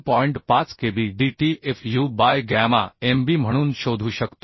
5 kb dt fu by gamma mb म्हणून शोधू शकतो